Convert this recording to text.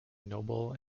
noble